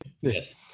Yes